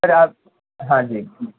سر آپ ہاں جی